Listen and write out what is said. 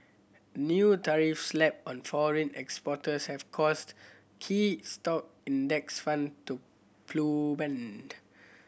new tariffs slapped on foreign exporters have caused key stock index fund to